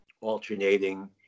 alternating